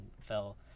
fell